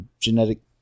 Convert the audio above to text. genetic